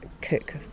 cook